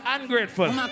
ungrateful